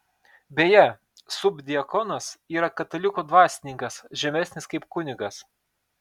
beje subdiakonas yra katalikų dvasininkas žemesnis kaip kunigas